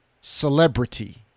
celebrity